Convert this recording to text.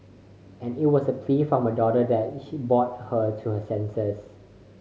and it was a plea from her daughter that he brought her to her senses